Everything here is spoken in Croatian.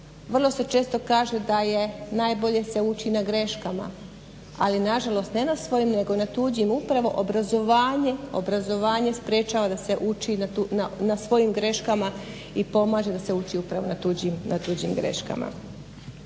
Vrlo se često kaže da je najbolje se uči na greškama, ali nažalost ne na svojima nego na tuđim. Upravo obrazovanje sprječava uči da se uči na svojim greškama i pomaže da se uči upravo na tuđim greškama.